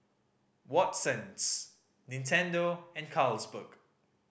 Watsons Nintendo and Carlsberg